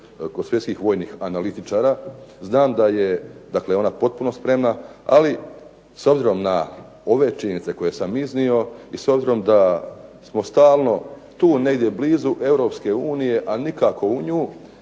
kod svjetskih vojnih analitičara, znam da je dakle ona potpuno spremna. Ali s obzirom na ove činjenice koje sam iznio i s obzirom da smo stalno tu negdje blizu Europske unije,